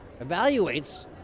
evaluates